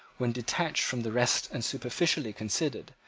when detached from the rest and superficially considered,